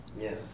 Yes